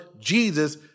Jesus